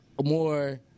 more